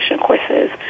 courses